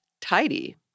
tidy